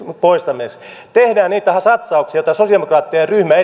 poistamiseksi tehdään niitä satsauksia joita sosiaalidemokraattien ryhmä